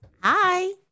Hi